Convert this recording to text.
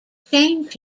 change